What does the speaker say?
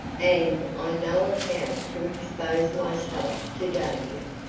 and on no account to expose myself to danger.